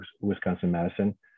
Wisconsin-Madison